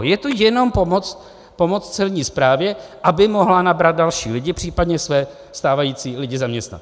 Je to jenom pomoc Celní správě, aby mohla nabrat další lidi, případně své stávající lidi zaměstnat.